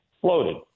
floated